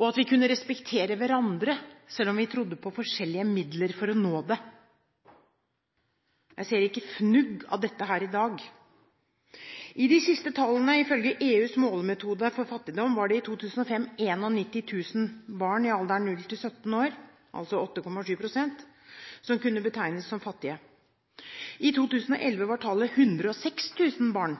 og at vi kunne respektere hverandre selv om vi trodde på forskjellige midler for å nå det. Jeg ser ikke fnugg av det her i dag. I 2005 var det – ifølge EUs målemetode for fattigdom – 91 000 barn i alderen 0–17 år, altså 8,7 pst., som kunne betegnes som fattige. I 2011 var tallet 106 000 barn,